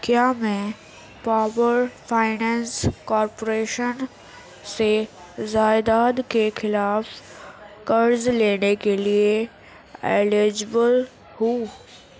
کیا میں power finance corporation سے جائیداد کے خلاف قرض لینے کے لیے الیجبل ہوں